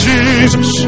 Jesus